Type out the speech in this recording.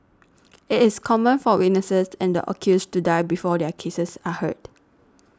it is common for witnesses and the accused to die before their cases are heard